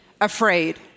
afraid